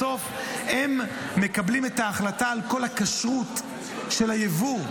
בסוף הם מקבלים את ההחלטה על כל הכשרות של היבוא.